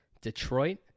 Detroit